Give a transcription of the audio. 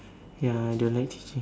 ya I don't like teaching